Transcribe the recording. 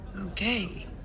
Okay